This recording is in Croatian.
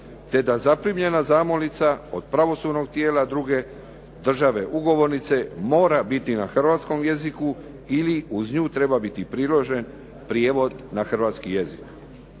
te da zaprimljena zamolnica od pravosudnog tijela druge države ugovornice mora biti na hrvatskom jeziku ili uz nju treba biti priložen prijevod na hrvatski jezik.